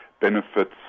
benefits